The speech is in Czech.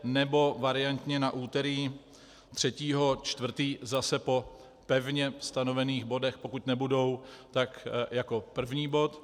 Nebo variantně na úterý 3. 4. zase po pevně stanovených bodech, pokud nebudou, tak jako první bod.